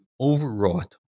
overwrought